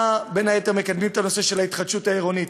בין היתר אתם מקדמים את הנושא של ההתחדשות העירונית,